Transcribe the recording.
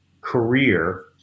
career